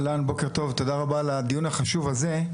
תודה רבה על הדיון החשוב הזה,